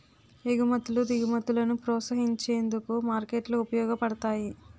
ఎగుమతులు దిగుమతులను ప్రోత్సహించేందుకు మార్కెట్లు ఉపయోగపడతాయి